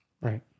Right